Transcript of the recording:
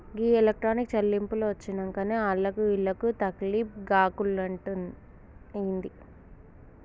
గీ electronic చెల్లింపులు వచ్చినంకనే ఆళ్లకు ఈళ్లకు తకిలీబ్ గాకుంటయింది